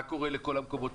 מה קורה לכל המקומות?